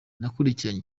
nakurikiranye